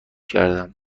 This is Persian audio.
کردم